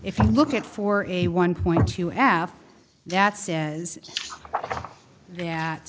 if you look at for a one point you ask that says th